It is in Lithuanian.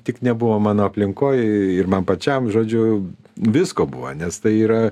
tik nebuvo mano aplinkoj ir man pačiam žodžiu visko buvo nes tai yra